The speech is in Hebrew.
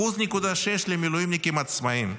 1.6% למילואימניקים עצמאים.